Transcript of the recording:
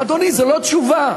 אדוני, זה לא תשובה.